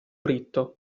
ritto